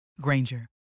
Granger